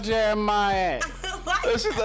Jeremiah